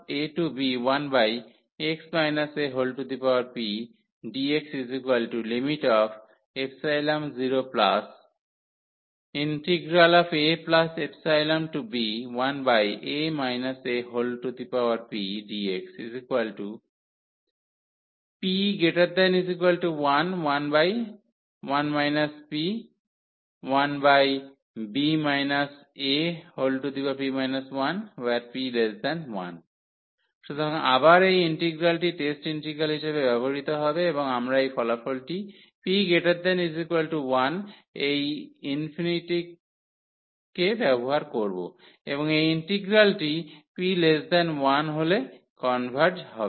ab1x apdxϵ→0⁡aϵb1x apdxp≥1 11 p1p 1p1 সুতরাং আবার এই ইন্টিগ্রালটি টেস্ট ইন্টিগ্রাল হিসাবে ব্যবহৃত হবে এবং আমরা এই ফলাফলটি p≥1 এই ∞ কে ব্যবহার করব এবং এই ইন্টিগ্রালটি p1 হলে কনভার্জ হবে